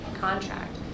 contract